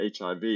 HIV